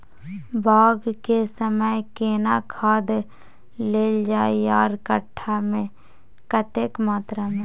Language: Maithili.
बाग के समय केना खाद देल जाय आर कट्ठा मे कतेक मात्रा मे?